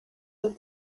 the